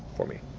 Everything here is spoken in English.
for me.